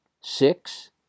six